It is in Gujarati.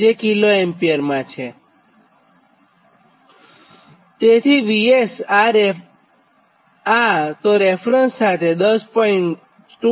તેથી Vsઆ તો રેફરન્સ સાથે 10